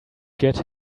get